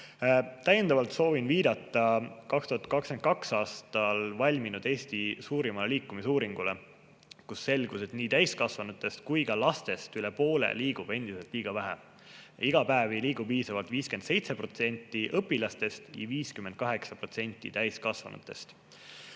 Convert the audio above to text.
edukas. Täiendavalt soovin viidata 2022. aastal valminud Eesti suurimale liikumisuuringule, kus selgus, et nii täiskasvanutest kui ka lastest üle poole liigub endiselt liiga vähe. Iga päev ei liigu piisavalt 57% õpilastest ja 58% täiskasvanutest.